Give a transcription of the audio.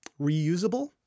reusable